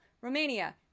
Romania